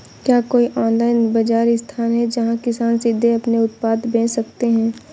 क्या कोई ऑनलाइन बाज़ार स्थान है जहाँ किसान सीधे अपने उत्पाद बेच सकते हैं?